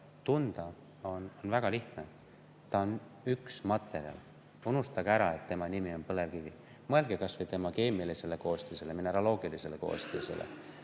Vastus on väga lihtne. See on üks materjal. Unustage ära, et tema nimi on põlevkivi. Mõelge kas või tema keemilisele koostisele, mineraloogilisele koostisele.